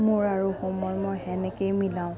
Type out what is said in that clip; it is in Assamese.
মোৰ আৰু সময় মই তেনেকৈয়ে মিলাওঁ